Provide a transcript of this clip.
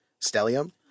Stellium